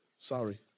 Sorry